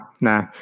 Nah